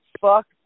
Fuck